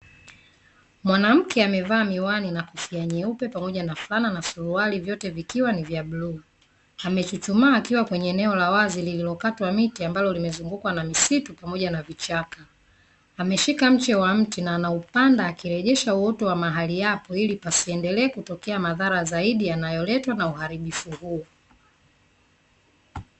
Mwanamke amevaa miwani na kofia nyeupe pamoja na fulana na suruhali vyote vikiwa ni vya bluu, amechuchumaa kwenye eneo la wazi lililokata miti ambalo limezungukwa na msitu pamoja na vichaka. Ameshika mche wa miti anaupanda na kurejesha uoto mahali hapo ilipasiendelee kutokea madhara zaidi yanayo letwa na uharibifu huu.